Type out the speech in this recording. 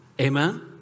Amen